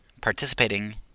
participating